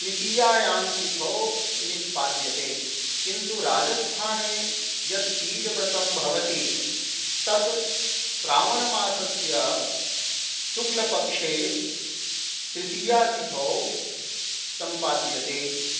तृतीयायां तिथौ निष्पाद्यते किन्तु राजस्थाने यत् तीजव्रतं भवति तत् श्रावणमासस्य शुक्लपक्षे तृतीयातिथौ सम्पाद्यते